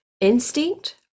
Instinct